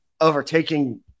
overtaking